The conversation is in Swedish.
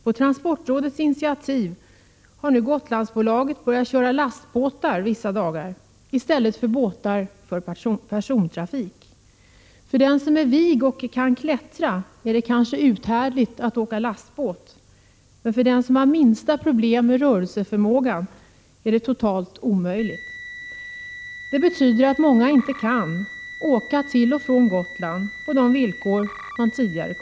På transportrådets initiativ har nu Gotlandsbolaget börjat köra lastbåtar vissa dagar i stället för båtar för persontrafik. För den som är vig och kan klättra är det kanske uthärdligt att åka lastbåt, men för den som har det minsta problem med rörelseförmågan är det totalt omöjligt. Det betyder att många inte kan åka till och från Gotland på samma villkor som tidigare.